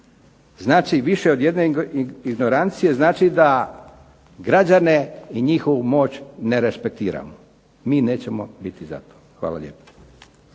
znači više od jedne ignorancije, znači da građane i njihovu moć ne respektiramo, mi nećemo biti za to. Hvala lijepa.